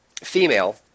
female